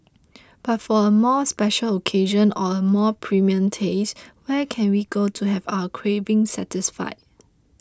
but for a more special occasion or a more premium taste where can we go to have our craving satisfied